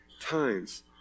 times